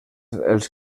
els